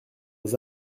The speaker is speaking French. les